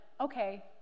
okay